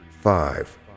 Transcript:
five